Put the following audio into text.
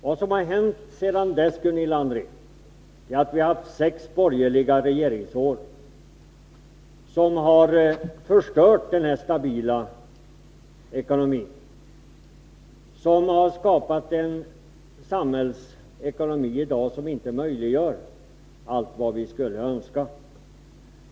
Vad som har hänt sedan dess, Gunilla André, är att vi har haft sex borgerliga regeringsår, som har förstört denna stabila ekonomi, som har skapat en samhällsekonomi som i dag inte möjliggör allt vad vi skulle önska.